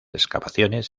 excavaciones